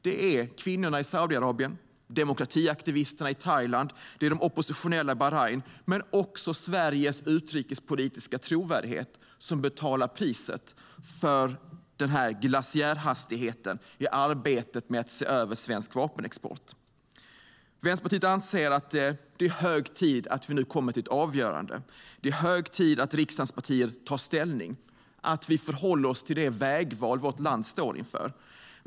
Det är kvinnorna i Saudiarabien, demokratiaktivisterna i Thailand och de oppositionella i Bahrain men också Sveriges utrikespolitiska trovärdighet som betalar priset för glaciärhastigheten i arbetet med att se över svensk vapenexport. Vänsterpartiet anser att det är hög tid att vi nu kommer till ett avgörande. Det är hög tid att riksdagens partier tar ställning och förhåller oss till det vägval vårt land står inför.